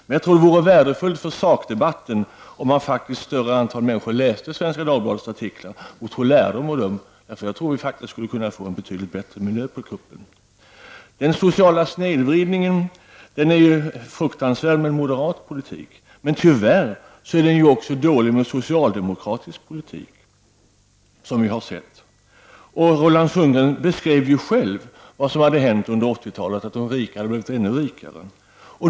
Jag tror att det vore värdefullt för sakdebatten om ett större antal människor faktiskt läste Svenska Dagbladets artiklar och tog lärdom av dem. Jag tror faktiskt att vi skulle kunna få en betydligt bättre miljö på kuppen. Den sociala snedvridningen är fruktansvärd med moderat politik. Men tyvärr är den också dålig med socialdemokratisk politik — som vi har sett. Roland Sundgren beskrev ju själv vad som hade hänt under 80-talet, bl.a. att de rika hade blivit ännu rikare.